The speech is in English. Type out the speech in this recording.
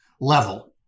level